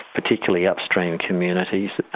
particularly upstream communities,